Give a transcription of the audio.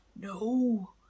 no